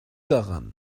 daran